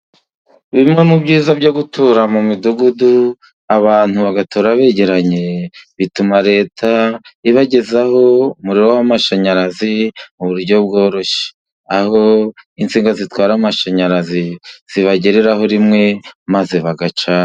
Bimwe mu byiza byo gutura mu midugudu, abantu bagatura begeranye, bituma Leta ibagezaho umuriro w'amashanyarazi mu buryo bworoshye. Aho insinga zitwara amashanyarazi zibagereraho rimwe maze bagacana.